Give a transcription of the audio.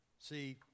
See